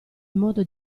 modo